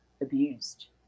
abused